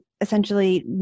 essentially